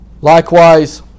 Likewise